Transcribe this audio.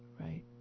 Right